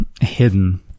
hidden